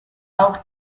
auch